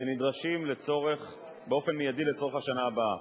שנדרשים באופן מיידי לצורך השנה הבאה.